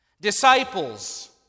disciples